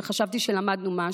וחשבתי שלמדנו משהו.